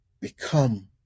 become